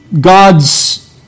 God's